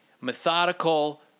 methodical